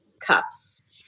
cups